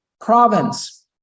province